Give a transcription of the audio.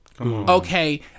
okay